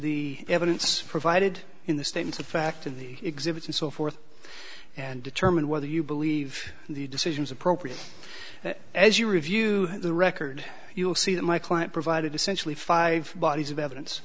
the evidence provided in the statement of fact of the exhibits and so forth and determine whether you believe the decisions appropriate as you review the record you will see that my client provided essentially five bodies of evidence